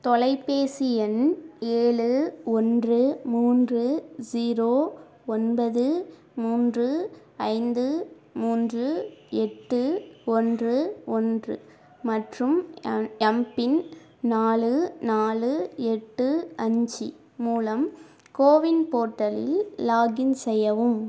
தொலைபேசி எண் ஏழு ஒன்று மூன்று ஜீரோ ஒன்பது மூன்று ஐந்து மூன்று எட்டு ஒன்று ஒன்று மற்றும் எம்பின் நாலு நாலு எட்டு அஞ்சு மூலம் கோவின் போர்ட்டலில் லாகின் செய்யவும்